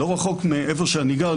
לא רחוק מאיפה שאני גר,